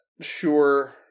sure